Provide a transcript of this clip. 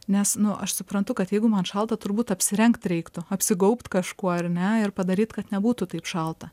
nes nu aš suprantu kad jeigu man šalta turbūt apsirengt reiktų apsigaubt kažkuo ar ne ir padaryt kad nebūtų taip šalta